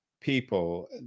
people